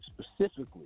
specifically